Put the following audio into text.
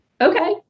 Okay